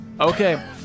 Okay